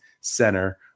Center